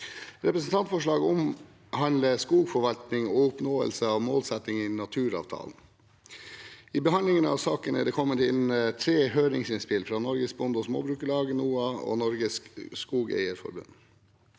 Representantforslaget omhandler skogforvaltning og oppnåelse av målsettingene i naturavtalen. I behandlingen av saken er det kommet inn tre høringsinnspill, fra Norges Bonde- og Småbrukarlag, NOAH og Norges Skogeierforbund.